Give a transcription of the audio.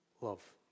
love